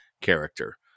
character